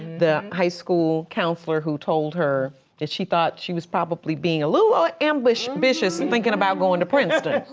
the high school counselor who told her that she thought she was probably being a little ah ambitious ambitious and thinking about going to princeton.